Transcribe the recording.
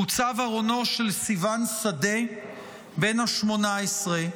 הוצב ארונו של סיון שדה בן ה-18,